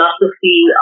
philosophy